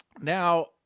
Now